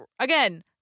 again